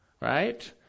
right